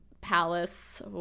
palace